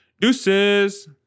Deuces